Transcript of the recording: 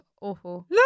awful